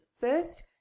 first